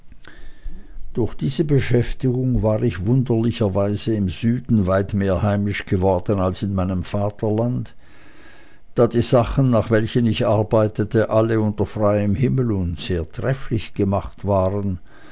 durch diese beschäftigung war ich wunderlicherweise im süden weit mehr heimisch geworden als in meinem vaterlande da die sachen nach welchen ich arbeitete alle unter freiem himmel und sehr trefflich gemacht waren